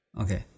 Okay